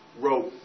wrote